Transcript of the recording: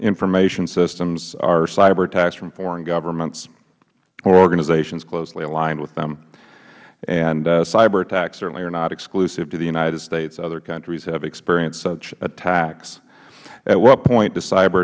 information systems is cyber attacks from foreign governments or organizations mostly aligned with them cyber attacks certainly are not exclusive to the united states other countries have experienced such attacks at what point do cyber